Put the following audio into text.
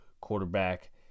quarterback